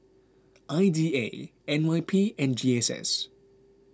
I D A N Y P and G S S